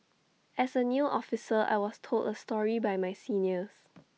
as A new officer I was told A story by my seniors